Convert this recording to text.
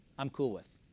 i'm cool with.